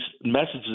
messages